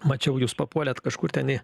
mačiau jūs papuolėt kažkur ten į